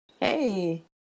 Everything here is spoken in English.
Hey